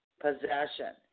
possession